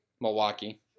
Milwaukee